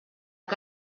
que